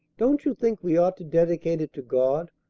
don't you think we ought to dedicate it to god,